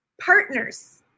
partners